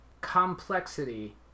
complexity